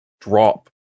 drop